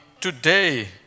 today